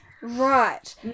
Right